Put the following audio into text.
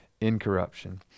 incorruption